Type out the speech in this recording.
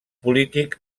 polític